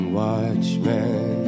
watchmen